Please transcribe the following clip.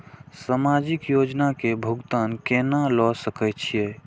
समाजिक योजना के भुगतान केना ल सके छिऐ?